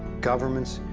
governments,